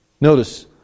Notice